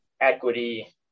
equity